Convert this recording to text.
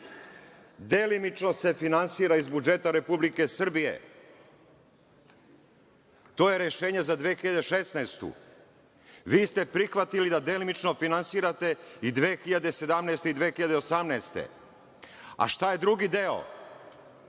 Delimično se finansira iz budžeta Republike Srbije, to je rešenje za 2016. godinu. Vi ste prihvatili da delimično finansirate i 2017. i 2018. godine, a šta je drugi deo?